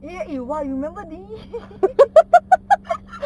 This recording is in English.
eh eh !wah! you remember me